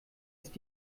ist